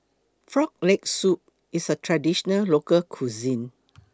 Frog Leg Soup IS A Traditional Local Cuisine